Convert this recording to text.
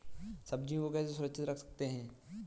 सब्जियों को कैसे सुरक्षित रख सकते हैं?